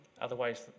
otherwise